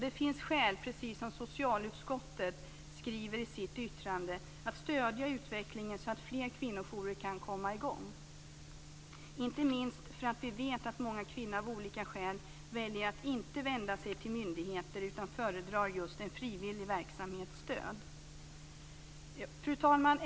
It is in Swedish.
Det finns skäl, precis som socialutskottet skriver i sitt yttrande, att stödja utvecklingen så att fler kvinnojourer kan komma i gång - inte minst därför att vi vet att många kvinnor av olika skäl väljer att inte vända sig till myndigheter utan föredrar just en frivillig verksamhets stöd. Fru talman!